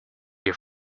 your